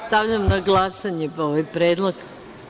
Stavljam na glasanje ovaj Predlog.